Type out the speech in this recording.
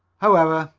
however,